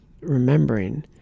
remembering